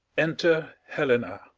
enter helena